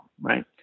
right